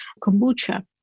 kombucha